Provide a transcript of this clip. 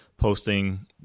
posting